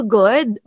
good